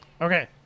Okay